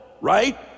right